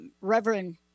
Reverend